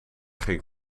ging